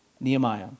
Nehemiah